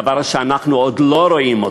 דבר שאנחנו עוד לא רואים.